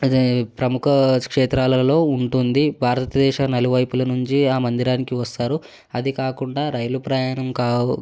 అదే ప్రముఖ క్షేత్రాలలో ఉంటుంది భారతదేశ నలువైపుల నుంచి ఆ మందిరానికి వస్తారు అదికాకుండా రైలు ప్రయాణం కావు